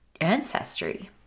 ancestry